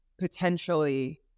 potentially